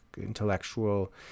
intellectual